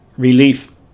Relief